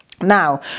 Now